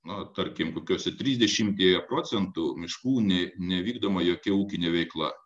na tarkim kokiuose trisdešimtyje procentų miškų ne nevykdoma jokia ūkinė veikla